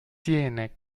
tiene